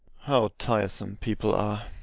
how tiresome people are!